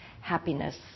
happiness